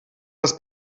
das